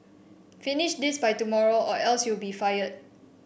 finish this by tomorrow or else you'll be fired